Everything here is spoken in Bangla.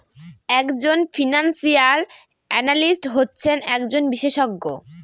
এক জন ফিনান্সিয়াল এনালিস্ট হচ্ছেন একজন বিশেষজ্ঞ